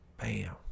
Bam